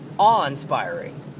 awe-inspiring